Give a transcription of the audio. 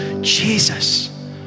Jesus